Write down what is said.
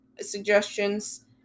suggestions